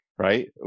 Right